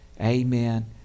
amen